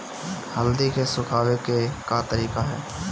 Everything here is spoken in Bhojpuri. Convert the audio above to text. हल्दी के सुखावे के का तरीका ह?